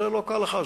זה לא כהלכה,